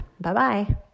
Bye-bye